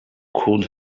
could